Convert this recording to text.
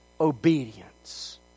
obedience